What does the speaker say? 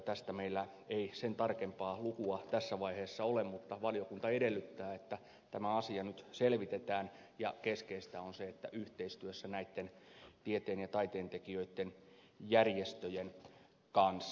tästä meillä ei sen tarkempaa lukua tässä vaiheessa ole mutta valiokunta edellyttää että tämä asia nyt selvitetään ja keskeistä on se että se tapahtuu yhteistyössä tieteen ja taiteen tekijöitten järjestöjen kanssa